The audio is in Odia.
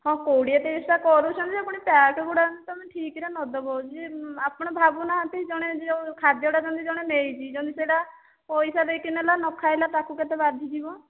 ହଁ କୋଡ଼ିଏ ତିରିଶଟା କରୁଛନ୍ତି ଯେ ପୁଣି ପ୍ୟାକ୍ ଗୁଡ଼ା ତୁମେ ଠିକରେ ନଦେବ ଯିଏ ଆପଣ ଭାବୁନାହାନ୍ତି ଜଣେ ଯେଉଁ ଖାଦ୍ୟଟା ଜଣେ ଯଦି ନେଇଛି ଜଣେ ସେହିଟା ପଇସା ଦେଇକି ନେଲା ନ ଖାଇଲା ତାକୁ କେତେ ବାଧିଥିବ